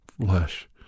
flesh